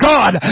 God